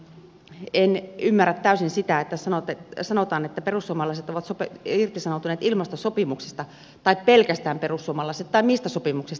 en ymmärrä täysin sitä että sanotaan että perussuomalaiset ovat irtisanoutuneet ilmastosopimuksista tai pelkästään perussuomalaiset tai mistä sopimuksesta